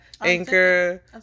Anchor